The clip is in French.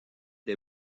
des